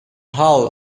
hull